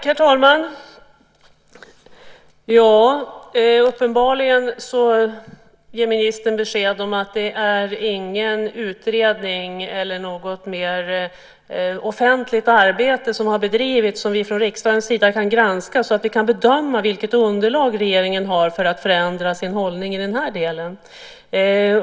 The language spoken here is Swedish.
Herr talman! Uppenbarligen ger ministern besked om att det inte är någon utredning eller något mer offentligt arbete som har bedrivits och som vi från riksdagens sida kan granska så att vi kan bedöma vilket underlag som regeringen har för att förändra sin hållning i den här delen.